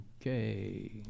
Okay